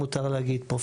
אם מותר להגיד פה,